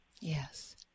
Yes